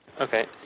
Okay